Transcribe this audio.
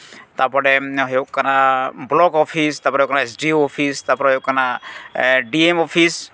ᱛᱟᱨᱯᱚᱨᱮ ᱦᱩᱭᱩᱜ ᱠᱟᱱᱟ ᱵᱞᱚᱠ ᱚᱯᱷᱤᱥ ᱛᱟᱨᱯᱚᱨᱮ ᱦᱩᱭᱩᱜ ᱠᱟᱱᱟ ᱮᱥ ᱰᱤ ᱳ ᱚᱯᱷᱤᱥ ᱛᱟᱨᱯᱚᱨᱮ ᱦᱩᱭᱩᱜ ᱠᱟᱱᱟ ᱰᱤ ᱮᱢ ᱚᱯᱷᱤᱥ